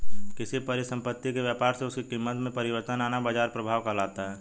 किसी परिसंपत्ति के व्यापार से उसकी कीमत में परिवर्तन आना बाजार प्रभाव कहलाता है